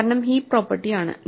കാരണം heap property ആണ്